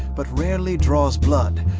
but rarely draws blood,